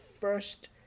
first